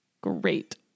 great